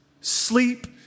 sleep